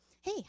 hey